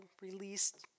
released